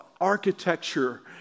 architecture